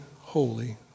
Holy